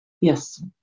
Yes